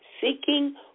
seeking